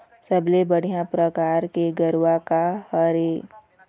सबले बढ़िया परकार के गरवा का हर ये?